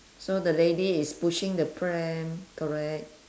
so the lady is pushing the pram correct